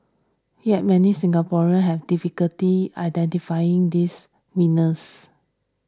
here yet many Singaporeans have difficulty identifying these winners